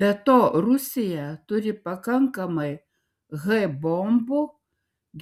be to rusija turi pakankamai h bombų